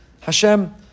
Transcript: Hashem